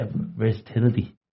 versatility